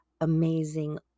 amazing